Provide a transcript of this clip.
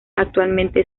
actualmente